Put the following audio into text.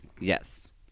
Yes